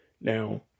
Now